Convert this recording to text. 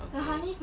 okay